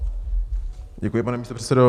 Děkuji, pane místopředsedo.